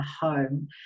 home